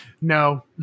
No